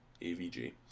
A-V-G